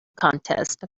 contest